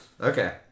Okay